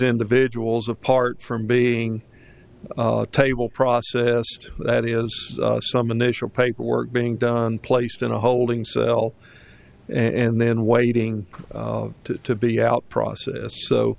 individuals apart from being table process that is some initial paperwork being done placed in a holding cell and then waiting to be out process so